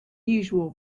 usual